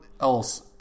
else